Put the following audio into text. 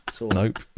Nope